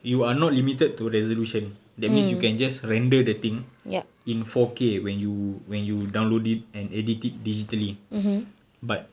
you are not limited to resolution that means you can just render the thing in four K when you when you download it and edit it digitally but